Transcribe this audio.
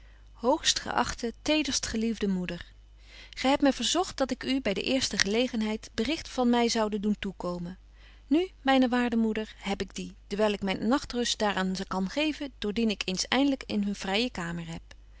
willis hoogstgeachte tederstgeliefde moeder gy hebt my verzogt dat ik u by de eerste gelegenheid berigt van my zoude doen toekomen nu myne waarde moeder heb ik die dewyl ik myn nagtrust daar aan kan geven doordien ik eens eindelyk eene vrye kamer heb